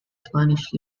spanish